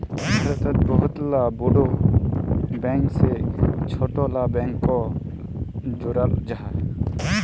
भारतोत बहुत ला बोड़ो बैंक से छोटो ला बैंकोक जोड़ाल जाहा